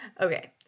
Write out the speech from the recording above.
Okay